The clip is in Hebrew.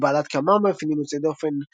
היא בעלת כמה מאפיינים יוצאי-דופן,